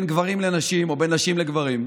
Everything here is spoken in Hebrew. חברים, הוועדה,